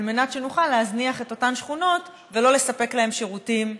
על מנת שנוכל להזניח את אותן שכונות ולא לספק להן שירותים מינימליים,